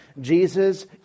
Jesus